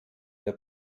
der